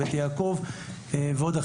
בית יעקב ואחרים,